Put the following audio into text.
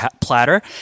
platter